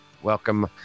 Welcome